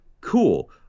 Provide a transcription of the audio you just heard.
cool